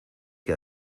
que